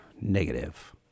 Negative